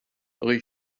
rue